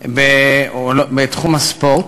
בתחום הספורט,